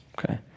Okay